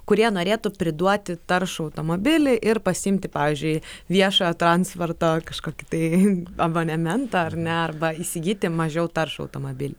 kurie norėtų priduoti taršų automobilį ir pasiimti pavyzdžiui viešojo transporto kažkokį tai abonementą ar ne arba įsigyti mažiau taršų automobilį